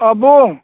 अ बुं